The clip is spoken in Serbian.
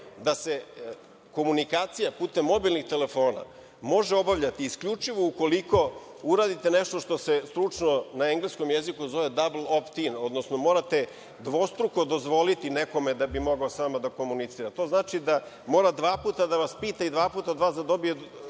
da se komunikacija putem mobilnih telefona može obavljati isključivo ukoliko uradite nešto što se, stručno na engleskom jeziku, zove double optine, odnosno morate dvostruko dozvoliti nekome da bi mogao sa vama da komunicira. To znači da mora dva puta da vas pita i dva puta od vas da dobije